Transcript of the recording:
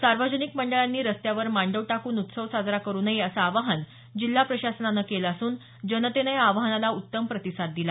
सार्वजनिक मंडळानी रस्त्यावर मांडव टाकून उत्सव साजरा करु नये असं आवाहन जिल्हा प्रशासनानं केलं असून जनतेनं या आवाहनाला उत्तम प्रतिसाद दिला